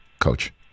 Coach